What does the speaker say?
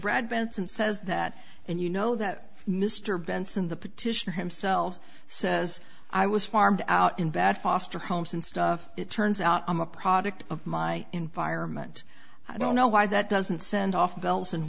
brad benson says that and you know that mr benson the petitioner himself says i was farmed out in bad foster homes and stuff it turns out i'm a product of my environment i don't know why that doesn't send off bells and